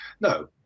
No